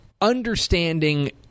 understanding